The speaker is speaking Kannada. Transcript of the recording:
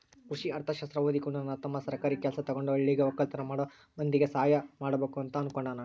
ಕೃಷಿ ಅರ್ಥಶಾಸ್ತ್ರ ಓದಿಕೊಂಡು ನನ್ನ ತಮ್ಮ ಸರ್ಕಾರಿ ಕೆಲ್ಸ ತಗಂಡು ಹಳ್ಳಿಗ ವಕ್ಕಲತನ ಮಾಡೋ ಮಂದಿಗೆ ಸಹಾಯ ಮಾಡಬಕು ಅಂತ ಅನ್ನುಕೊಂಡನ